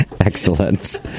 Excellent